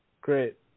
Great